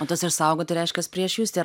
o tas išsaugot tai reiškias prieš jus tie